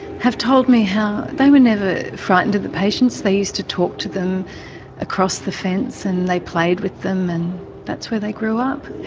have told me how they were never frightened of the patients, they used to talk to them across the fence and they played with them and that's where they grew up.